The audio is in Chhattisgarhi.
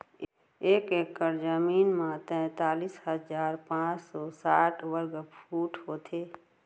एक एकड़ जमीन मा तैतलीस हजार पाँच सौ साठ वर्ग फुट होथे